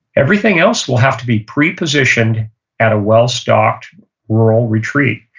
everything else will have to be prepositioned at a well-stocked rural retreat.